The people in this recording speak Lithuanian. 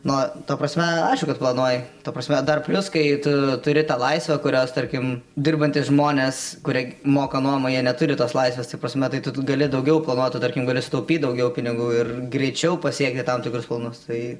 nu ta prasme aišku kad planuoji ta prasme dar plius kai tu turi tą laisvę kurios tarkim dirbantys žmonės kurie moka nuomą jie neturi tos laisvės ta prasme tai tu tada gali daugiau planuot tu tarkim gali sutaupyt daugiau pinigų ir greičiau pasiekti tam tikrus planus tai